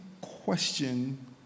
question